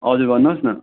हजुर भन्नुहोस् न